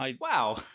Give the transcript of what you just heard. Wow